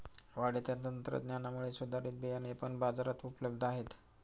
वाढत्या तंत्रज्ञानामुळे सुधारित बियाणे पण बाजारात उपलब्ध आहेत